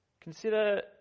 Consider